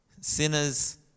sinners